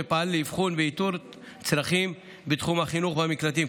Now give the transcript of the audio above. ופעל לאבחון ולאיתור צרכים בתחום החינוך במקלטים.